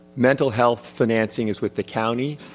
mental health financing is with the county,